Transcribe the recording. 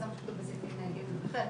זה מה שכתוב בסעיפים (ג) ו-(ח),